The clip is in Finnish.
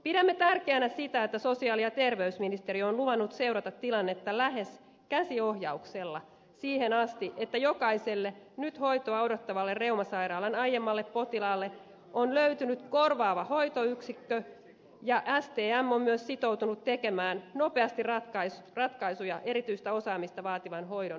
pidämme tärkeänä sitä että sosiaali ja terveysministeriö on luvannut seurata tilannetta lähes käsiohjauksella siihen asti että jokaiselle nyt hoitoa odottavalle reumasairaalan aiemmalle potilaalle on löytynyt korvaava hoitoyksikkö ja stm on myös sitoutunut tekemään nopeasti ratkaisuja erityistä osaamista vaativan hoidon keskittämisestä